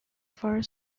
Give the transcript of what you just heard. far